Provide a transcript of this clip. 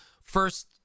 first